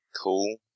cool